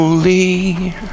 Holy